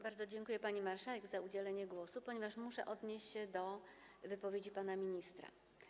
Bardzo dziękuję, pani marszałek, za udzielenie głosu, ponieważ muszę odnieść się do wypowiedzi pana ministra.